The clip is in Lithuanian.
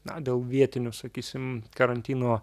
na dėl vietinių sakysim karantino